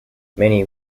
many